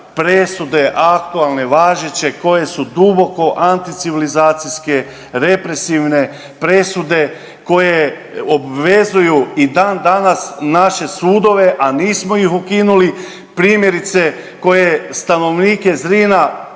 presude aktualne važeće koje su duboko anticivilizacijske, represivne, presude koje obvezuju i dan danas naše sudove, a nismo ih ukinuli. Primjerice koje stanovnike Zrina